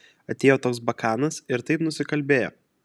atėjo toks bakanas ir taip nusikalbėjo